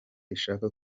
ishaka